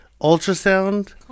ultrasound